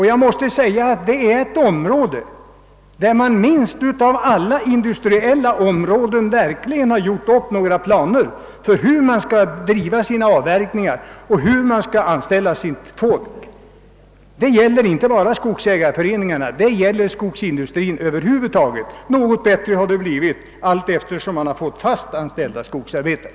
Jag måste säga att man på det området mindre än på andra industriella områden har gjort upp några planer för hur avverkningarna skall bedrivas och hur man skall anställa folk. Detta gäller inte bara skogsägareföreningarna utan skogsindustrin över huvud taget, även om det har blivit något bättre allteftersom man fått fast anställda skogsarbetare.